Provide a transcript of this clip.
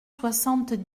soixante